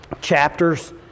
chapters